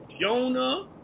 Jonah